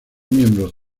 miembros